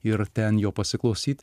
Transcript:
ir ten jo pasiklausyt